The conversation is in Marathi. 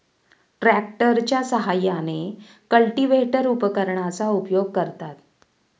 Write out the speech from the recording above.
ट्रॅक्टरच्या साहाय्याने कल्टिव्हेटर उपकरणाचा उपयोग करतात